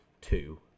Two